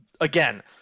again